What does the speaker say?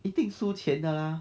一定输钱的 lah